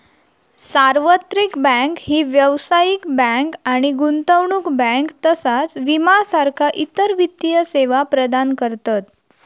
सार्वत्रिक बँक ही व्यावसायिक बँक आणि गुंतवणूक बँक तसाच विमा सारखा इतर वित्तीय सेवा प्रदान करतत